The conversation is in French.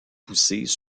poussées